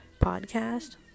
podcast